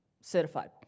certified